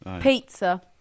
Pizza